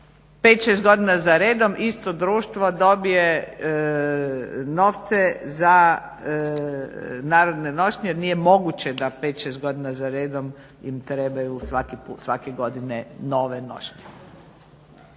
5, 6 godina za redom isto društvo dobije novce za narodne nošnje. Jer nije moguće da 5, 6 godina za redom im trebaju svake godine nove nošnje.